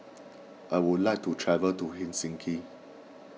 I would like to travel to Helsinki